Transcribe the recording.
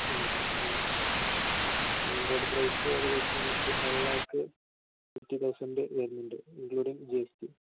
road price ഏകദേശം നമുക്ക് ten lakh fifty thousand വരുന്നുണ്ട് ഇൻക്ലൂഡിംഗ് ജി എസ് ടി